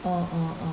orh orh orh